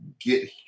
get